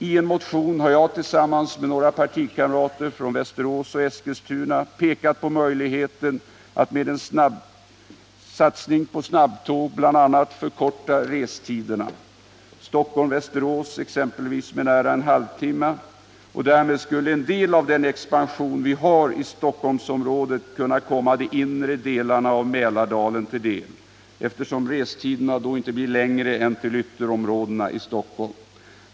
I en motion har jag tillsammans med några partikamrater från Västerås och Eskilstuna pekat på möjligheten att med en satsning på snabbtåg förkorta resorna, exempelvis Stockholm-Västerås med nära en halv timme. Därmed skulle en del av den expansion vi har i Stockholmsområdet kunna komma de inre delarna av Mälardalen till del, eftersom restiderna då inte blir längre än till ytterområdena i Stockholm.